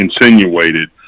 insinuated